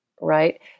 Right